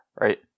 right